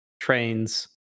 trains